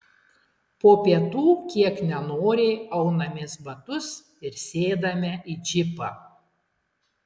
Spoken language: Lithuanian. po pietų kiek nenoriai aunamės batus ir sėdame į džipą